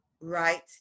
right